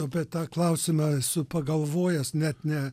apie tą klausimą esu pagalvojęs net ne